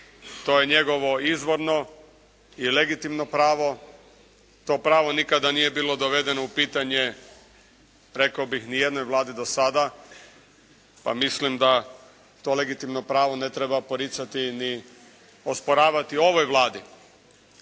To je njegovo izvorno i legitimno pravo, to pravo nikada nije bilo dovedeno u pitanje, rekao bih ni jednoj Vladi do sada, pa mislim da to legitimno pravo ne treba poricati ni osporavati ovoj Vladi.